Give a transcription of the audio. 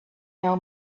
know